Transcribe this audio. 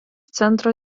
centro